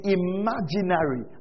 imaginary